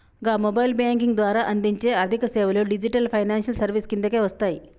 గా mobile banking ద్వారా అందించే ఆర్థికసేవలు డిజిటల్ ఫైనాన్షియల్ సర్వీసెస్ కిందకే వస్తయి